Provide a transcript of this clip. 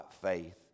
faith